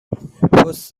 پست